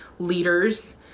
leaders